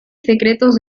secretos